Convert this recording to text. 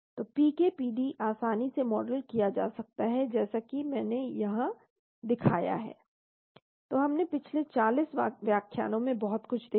तो PK PD आसानी से मॉडल किया जा सकते हैं जैसा कि मैंने यहां दिखाया है तो हमने पिछले 40 व्याख्यानों में बहुत कुछ देखा